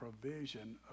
provision